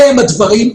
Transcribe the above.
אלה הדברים,